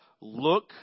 look